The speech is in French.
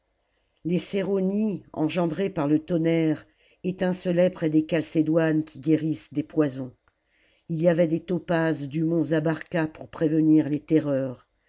les céraunies engendrées par le tonnerre étmcelaient près des calcédoines qui guérissent des poisons il y avait des topazes du mont zabarca pour prévenir les terreurs